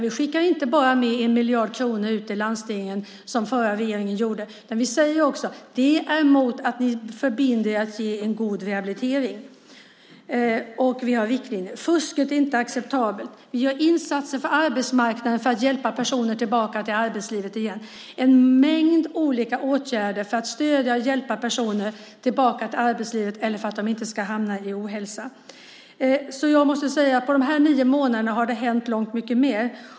Vi skickar inte bara med 1 miljard kronor ut till landstingen, som den förra regeringen gjorde, utan vi säger också att landstingen ska förbinda sig att ge en god rehabilitering. Det finns riktlinjer, och fusk är inte acceptabelt. Vi gör insatser på arbetsmarknaden för att hjälpa personer tillbaka till arbetslivet igen. Det finns en mängd olika åtgärder för att stödja och hjälpa personer tillbaka till arbetslivet eller för att de inte ska hamna i ohälsa. På dessa nio månader har det hänt långt mycket mer.